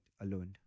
alone